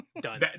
Done